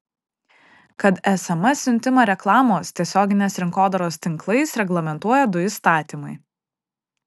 kad sms siuntimą reklamos tiesioginės rinkodaros tinklais reglamentuoja du įstatymai